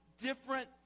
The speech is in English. different